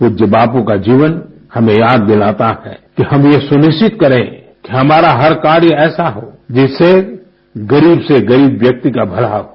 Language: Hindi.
पूज्य बापू का जीवन हमें याद दिलाता है कि हम ये सुनिश्चित करें कि हमारा हर कार्य ऐसा हो जिससे गरीब से गरीब व्यक्ति का भला हो